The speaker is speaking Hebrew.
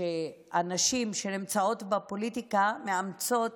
נשים בפוליטיקה שמאמצות